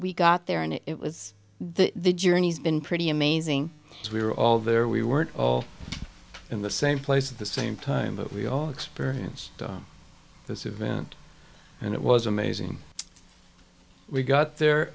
we got there and it was the journey's been pretty amazing we were all there we were all in the same place at the same time but we all experience this event and it was amazing we got there